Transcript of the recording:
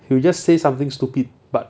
he'll just say something stupid but